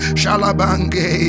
shalabange